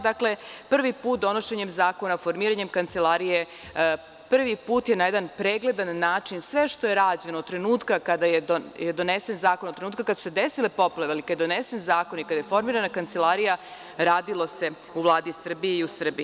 Dakle, prvi put donošenjem zakona, formiranjemkancelarije, prvi put je na jedan pregledan način sve što je rađeno od trenutka kada je donesen zakon, od trenutak kada su se desile poplave ali kada je donesen zakon i kada je formirana kancelarija, radilo se u Vladi Srbije i u Srbiji.